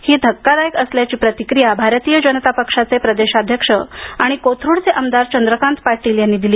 हे धक्कादायक असल्याची प्रतिक्रिया भारतीय जनता पक्षाचे प्रदेशाध्यक्ष आणि कोथरुडचे आमदार चंद्रकांत पाटील यांनी दिली